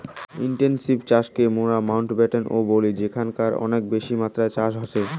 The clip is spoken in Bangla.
ইনটেনসিভ চাষকে মোরা মাউন্টব্যাটেন ও বলি যেখানকারে অনেক বেশি মাত্রায় চাষ হসে